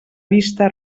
vista